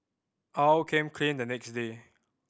Aw came clean the next day